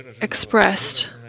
Expressed